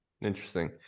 Interesting